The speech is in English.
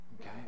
Okay